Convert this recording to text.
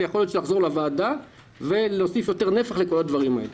ויכול להיות שנחזור לוועדה כדי להוסיף יותר נפח לכל הדברים האלה.